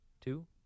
Two